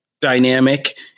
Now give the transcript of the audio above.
dynamic